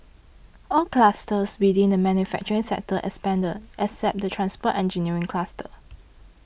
all clusters within the manufacturing sector expanded except the transport engineering cluster